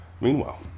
Meanwhile